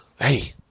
hey